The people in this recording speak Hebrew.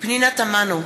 פנינה תמנו,